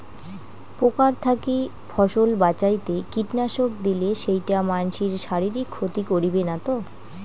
পোকার থাকি ফসল বাঁচাইতে কীটনাশক দিলে সেইটা মানসির শারীরিক ক্ষতি করিবে না তো?